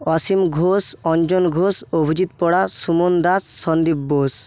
অসীম ঘোষ অঞ্জন ঘোষ অভিজিৎ পড়া সুমন দাস সন্দীপ বোস